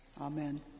Amen